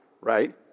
Right